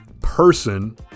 person